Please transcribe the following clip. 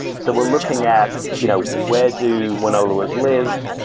so we're looking at you know where do wonoloers live?